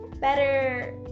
better